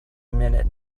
minute